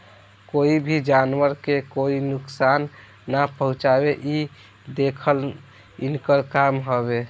कोई भी जानवर के कोई नुकसान ना पहुँचावे इ देखल इनकर काम हवे